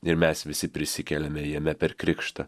ir mes visi prisikeliame jame per krikštą